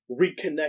reconnect